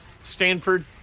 Stanford